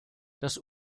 das